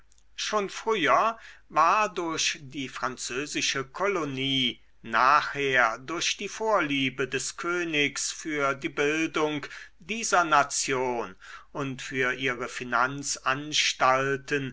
schon früher war durch die französische kolonie nachher durch die vorliebe des königs für die bildung dieser nation und für ihre